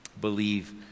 believe